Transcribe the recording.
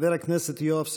חבר הכנסת יואב סגלוביץ'